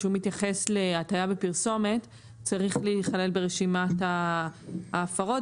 שמתייחס להטעיה בפרסומת צריך להיכלל ברשימת ההפרות.